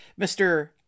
Mr